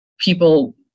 people